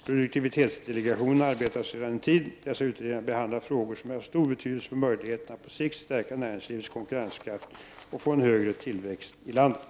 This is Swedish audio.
Produktivitetsdelegationen arbetar sedan en tid. Dessa utredningar behandlar frågor som är av stor betydelse för möjligheterna att på sikt stärka näringslivets konkurrenskraft och få en högre tillväxt i landet.